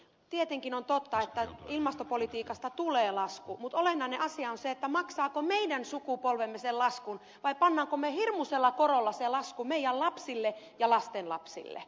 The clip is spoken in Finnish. tietenkin on totta että ilmastopolitiikasta tulee lasku mutta olennainen asia on se maksaako meidän sukupolvemme sen laskun vai panemmeko me hirmuisella korolla sen laskun meidän lapsillemme ja lastenlapsillemme